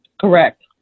Correct